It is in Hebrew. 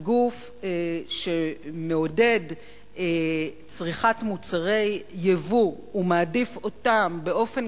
הגוף שמעודד צריכת מוצרי יבוא ומעדיף אותם באופן